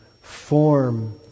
form